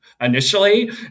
initially